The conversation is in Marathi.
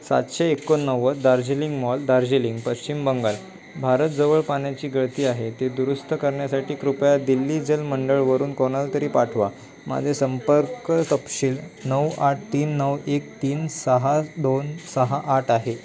सातशे एकोणनव्वद दार्जिलिंग मॉल दार्जिलिंग पश्चिम बंगाल भारत जवळ पाण्याची गळती आहे ते दुरुस्त करण्यासाठी कृपया दिल्ली जल मंडळवरून कोणाला तरी पाठवा माझे संपर्क तपशील नऊ आठ तीन नऊ एक तीन सहा दोन सहा आठ आहे